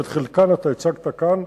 שאת חלקן הצגת כאן.